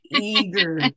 eager